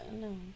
no